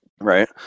right